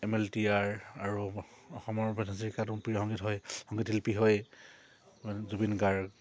M L T আৰ আৰু অসমৰ ভূপেন হাজৰিকাটো প্ৰিয় সংগীত হয় সংগীত শিল্পী হয় জুবিন গাৰ্গ